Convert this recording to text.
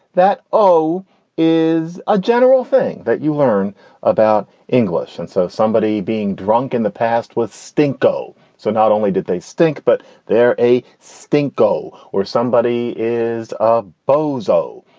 that o is a general thing that you learn about english. and so somebody being drunk in the past with stinko. so not only did they stink, but they're a stinko where somebody is a bozo,